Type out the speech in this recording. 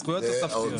זה זכויות תוספתיות.